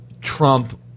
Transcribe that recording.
Trump